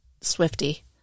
Swifty